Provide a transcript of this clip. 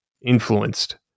influenced